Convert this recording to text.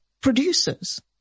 Producers